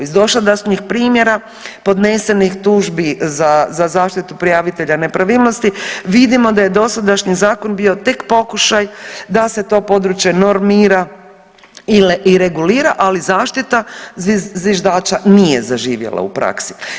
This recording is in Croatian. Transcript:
Iz dosadašnjih primjera podnesenih tužbi za zaštitu prijavitelja nepravilnosti vidimo da je dosadašnji zakon bio tek pokušaj da se to područje normira i regulira, ali zaštita zviždača nije zaživjela u praksi.